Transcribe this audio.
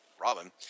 Robin